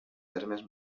termes